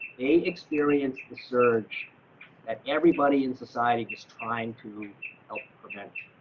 they experienced the surge that everybody in society was trying to help prevent.